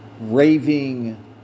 raving